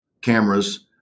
cameras